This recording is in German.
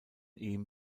ihm